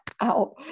out